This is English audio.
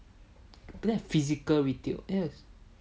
that's physical retail